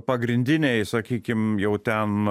pagrindiniai sakykim jau ten